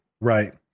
Right